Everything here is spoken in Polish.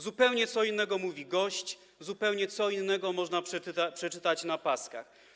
Zupełnie co innego mówi gość, a zupełnie co innego można przeczytać na paskach.